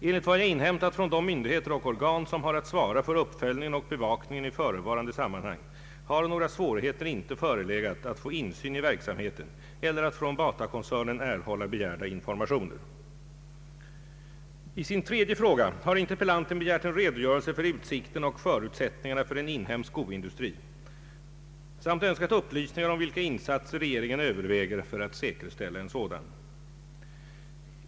Enligt vad jag inhämtat från de myndigheter och organ som har att svara för uppföljningen och bevakningen i förevarande sammanhang har några svårigheter inte förelegat att få insyn i verksamheten eller att från Batakoncernen erhålla begärda informationer. I sin tredje fråga har interpellanten begärt en redogörelse för utsikterna och förutsättningarna för en inhemsk skoindustri samt önskat upplysningar om vilka insatser regeringen överväger att säkerställa en sådan.